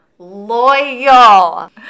loyal